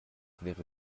wäre